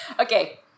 Okay